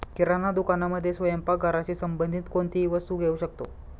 किराणा दुकानामध्ये स्वयंपाक घराशी संबंधित कोणतीही वस्तू घेऊ शकतो